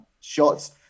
shots